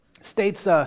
States